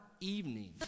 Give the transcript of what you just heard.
evening